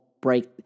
break